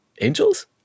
Angels